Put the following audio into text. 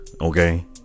okay